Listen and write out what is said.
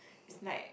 like